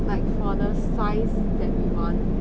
like for the size that we want